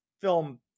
film